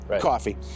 coffee